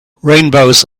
rainbows